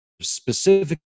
specific